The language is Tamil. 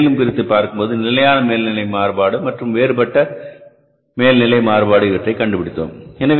அதை மேலும் பிரித்துப் பார்க்கும்போது நிலையான மேல்நிலை மாறுபாடு மற்றும் வேறுபட்ட மேல்நிலை மாறுபாடு இவற்றை கண்டுபிடித்தோம்